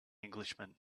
englishman